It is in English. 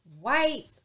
white